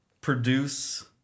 produce